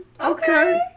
Okay